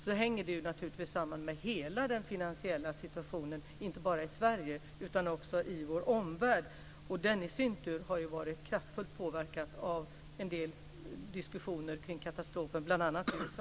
Det hänger naturligtvis samman med hela den finansiella situationen, inte bara i Sverige utan också i vår omvärld, och den i sin tur har ju varit kraftigt påverkad av diskussioner kring katastrofen i USA.